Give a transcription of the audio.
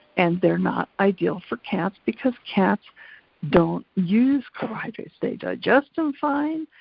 and they're not ideal for cats because cats don't use carbohydrates. they digest em fine,